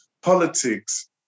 politics